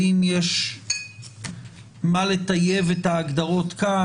האם יש מה לטייב את ההגדרות כאן.